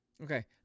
Okay